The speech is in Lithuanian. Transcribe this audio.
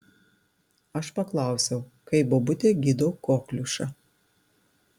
aš paklausiau kaip bobutė gydo kokliušą